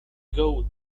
goat